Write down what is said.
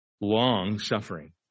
long-suffering